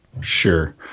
sure